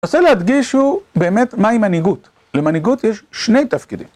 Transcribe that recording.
אני רוצה להדגיש, הוא, באמת, מהי מנהיגות? למנהיגות יש שני תפקידים